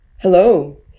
Hello